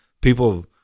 people